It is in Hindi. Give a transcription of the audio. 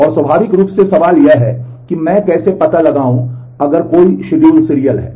अब स्वाभाविक रूप से सवाल यह है कि मैं कैसे पता लगाऊं अगर कोई शेड्यूल सीरियल है